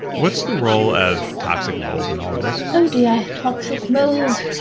what's the role of toxic mold in all of this? oh dear. toxic mold.